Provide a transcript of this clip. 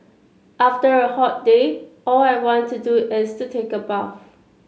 after a hot day all I want to do is to take a bath